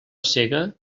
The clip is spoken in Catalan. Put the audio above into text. sega